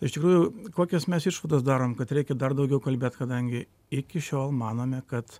iš tikrųjų kokias mes išvadas darom kad reikia dar daugiau kalbėt kadangi iki šiol manome kad